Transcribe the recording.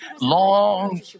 long